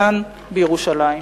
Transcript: כאן בירושלים.